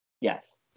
Yes